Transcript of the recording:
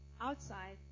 outside